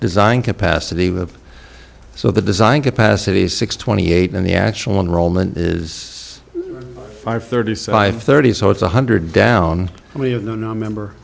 design capacity of of so the design capacity six twenty eight and the actual enrollment is five thirty five thirty so it's one hundred down and we have no member